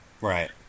Right